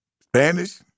Spanish